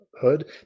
hood